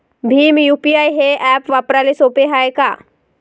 Bhim UPI हे app वापराले सोपे हाय का?